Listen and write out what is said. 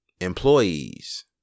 employees